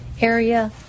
area